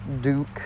Duke